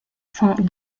sont